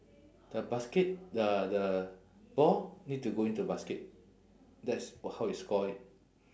the basket the the ball need to go into the basket that's how you score it